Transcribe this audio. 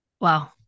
Wow